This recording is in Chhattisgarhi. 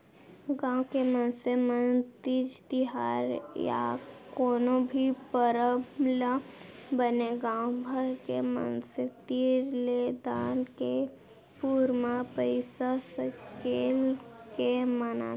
गाँव के मनसे मन तीज तिहार या कोनो भी परब ल बने गाँव भर के मनसे तीर ले दान के रूप म पइसा सकेल के मनाथे